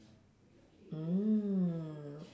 mm